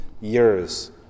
years